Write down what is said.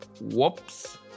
Whoops